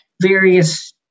various